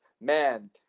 man